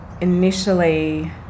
initially